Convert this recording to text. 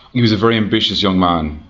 he was a very ambitious young man,